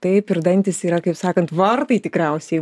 taip ir dantys yra kaip sakant vartai tikriausiai